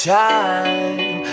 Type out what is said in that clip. time